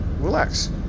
relax